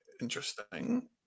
interesting